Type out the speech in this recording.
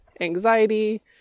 anxiety